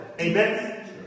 Amen